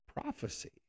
prophecy